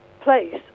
place